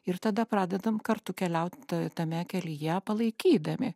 ir tada pradedam kartu keliaut ta tame kelyje palaikydami